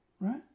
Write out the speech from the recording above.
right